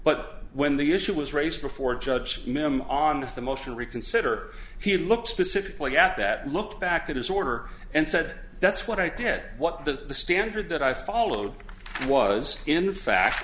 but when the issue was raised before a judge memo on the motion to reconsider he looks specifically at that look back at his order and said that's what i did what the standard that i followed was in fact